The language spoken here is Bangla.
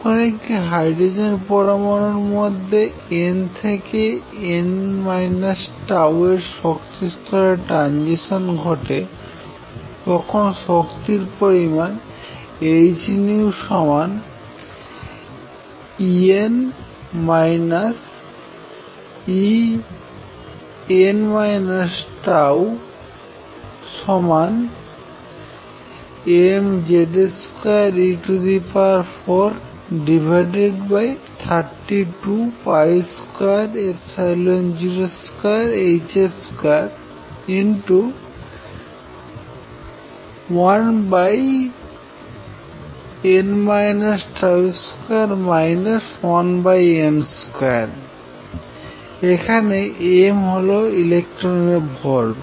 যখন একটি হাইড্রোজেন পরমাণুর মধ্যে n থেকে n τ স্তরে ট্রানজিশন ঘটে তখন শক্তির পরিমাণ h En En τ mZ2e432202h21n τ2 1n2 এখানে m হল ইলেকট্রনের ভর